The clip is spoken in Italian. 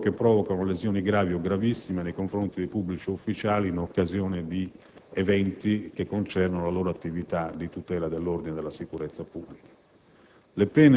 per coloro che provocano lesioni gravi o gravissime nei confronti di pubblici ufficiali in occasione di eventi che concernono l'attività di tutela dell'ordine e della sicurezza pubblica.